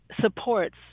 supports